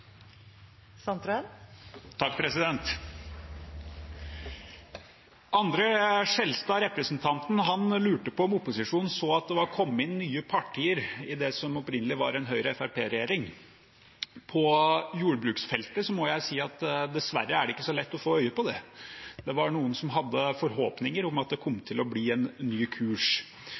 Skjelstad lurte på om opposisjonen så at det var kommet inn nye partier i det som opprinnelig var en Høyre–Fremskrittsparti-regjering. På jordbruksfeltet må jeg si at det dessverre ikke er så lett å få øye på det. Det var noen som hadde forhåpninger om at det kom til å bli en ny kurs.